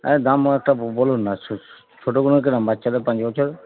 হ্যাঁ দাম একটা বলুন না ছোটগুলো কীরকম বাচ্চাদের পাঁচ বছর